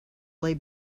lay